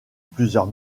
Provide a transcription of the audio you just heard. plusieurs